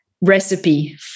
recipe